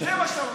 זה מה שאתה רוצה.